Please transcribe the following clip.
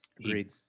Agreed